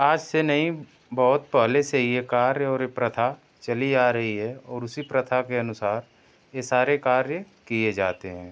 आज से नहीं बहुत पहले से ये कार्य और प्रथा चली आ रही है और उसी प्रथा के अनुसार यह सारे कार्य किए जाते हैं